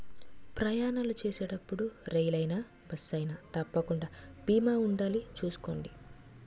ప్రయాణాలు చేసేటప్పుడు రైలయినా, బస్సయినా తప్పకుండా బీమా ఉండాలి చూసుకోండి